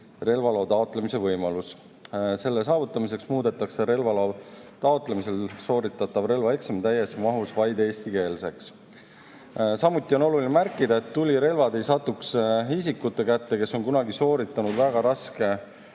relvaloa taotlemise võimalus. Selle saavutamiseks muudetakse relvaloa taotlemisel sooritatav relvaeksam täies mahus vaid eestikeelseks. Samuti on oluline märkida, et tulirelvad ei satuks isikute kätte, kes on kunagi sooritanud väga raske